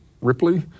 Ripley